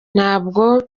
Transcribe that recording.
ntabwo